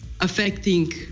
affecting